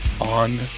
on